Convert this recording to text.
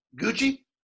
Gucci